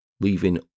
leaving